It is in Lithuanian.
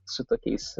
su tokiais